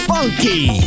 Funky